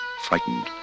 frightened